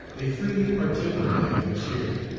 they freely partook of my good cheer.